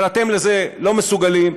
אבל אתם לזה לא מסוגלים.